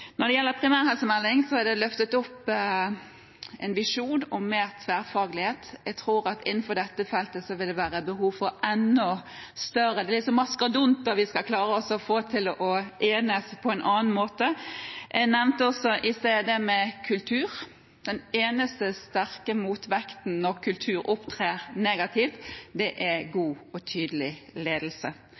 det løftet fram en visjon om mer tverrfaglighet. Jeg tror at innenfor dette feltet vil det være behov for enda mer – det blir som mastodonter – skal vi klare å enes på en annen måte. Jeg nevnte i sted også dette med kultur. Den eneste sterke motvekten når kultur opptrer negativt, er god og tydelig ledelse.